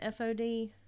FOD